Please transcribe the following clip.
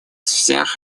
всех